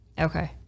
Okay